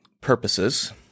purposes